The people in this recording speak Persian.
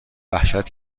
وحشت